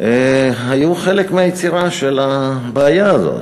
היו חלק מהיצירה של הבעיה הזאת.